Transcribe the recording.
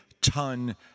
ton